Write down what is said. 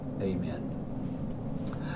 amen